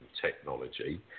technology